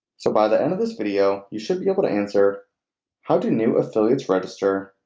so by the end of this video you should be able to answer how do new affiliates register?